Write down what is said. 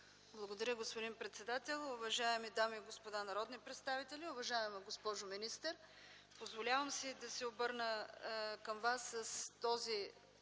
Благодаря, господин председател. Уважаеми дами и господа народни представители, уважаема госпожо министър! Позволявам си да се обърна към Вас този